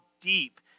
deep